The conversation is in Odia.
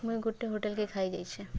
ମୁଇଁ ଗୁଟେ ହୋଟେଲ୍କେ ଖାଇ ଯାଇଛେଁ